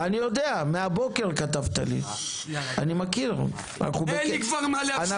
אני יודע מהבוקר כתבת לי, אני מכיר אנחנו בקשר.